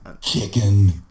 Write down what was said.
Chicken